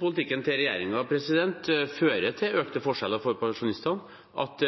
Politikken til regjeringen fører til økte forskjeller for pensjonistene. At